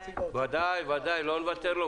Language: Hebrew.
הישיבה ננעלה בשעה 10:35.